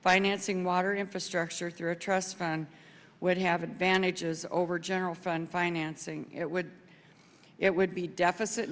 financing water infrastructure through a trust fund would have advantages over general fund financing it would it would be deficit